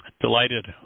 Delighted